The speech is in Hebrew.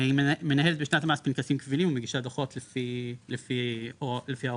היא מנהלת בשנת המס פנקסים קבילים ומגישה דוחות לפי ההוראות.